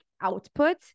output